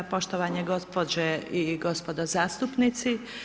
Poštovane gospođe i gospodo zastupnici.